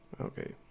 Okay